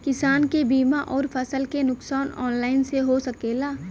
किसान के बीमा अउर फसल के नुकसान ऑनलाइन से हो सकेला?